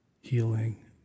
healing